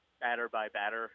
batter-by-batter